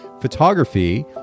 photography